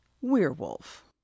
Werewolf